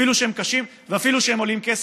אפילו שהם קשים ואפילו שהם עולים כסף.